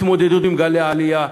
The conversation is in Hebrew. התמודדות עם גלי העלייה,